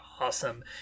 awesome